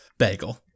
bagel